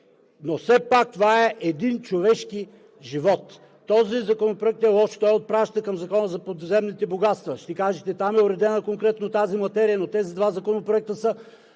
но все пак това е един човешки живот. Този законопроект е лош. Той отпраща към Закона за подземните богатства. Ще кажете: там е уредена конкретно тази материя. Но тези два законопроекта са